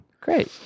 Great